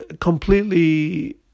completely